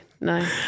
no